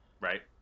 right